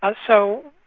ah so,